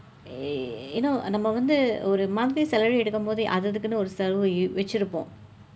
you know நம்ம வந்து ஒரு:namma vandthu oru monthly salary எடுக்கும் பொழுது அது அதுக்கு ஒரு செலவு வைத்திருப்போம்:edukkum pozhuthu athu athukku oru selavu vaiththiruppoom